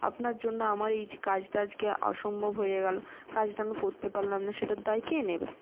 আপনার জন্য আমার এই যে কাজটা আজকে অসম্ভব হয়ে গেল কাজটা আমি করতে পারলাম না সেটার দায় কে নেবে